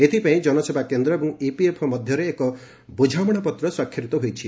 ଏଥିପାଇଁ ଜନସେବା କେନ୍ଦ୍ର ଏବଂ ଇପିଏଫ୍ଓ ମଧ୍ୟରେ ଏକ ବୁଝାମଣାପତ୍ର ସ୍ୱାକ୍ଷରିତ ହୋଇଛି